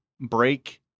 break